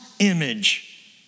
Image